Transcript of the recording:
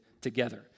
together